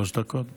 שלוש דקות לרשותך.